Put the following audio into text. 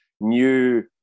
new